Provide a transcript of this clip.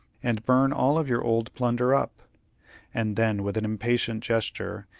and burn all of your old plunder up and then, with an impatient gesture,